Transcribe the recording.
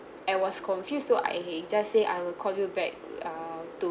I was confused so I just say I will call you back err to